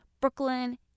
Brooklyn